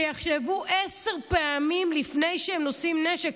שיחשבו עשר פעמים לפני שהם נושאים נשק.